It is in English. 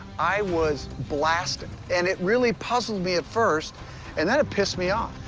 i was blasted, and it really puzzled me at first and then it pissed me off.